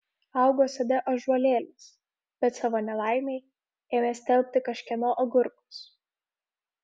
augo sode ąžuolėlis bet savo nelaimei ėmė stelbti kažkieno agurkus